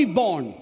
born